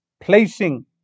Placing